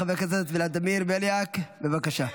חבר הכנסת ולדימיר בליאק, בבקשה.